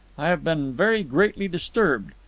i have been very greatly disturbed.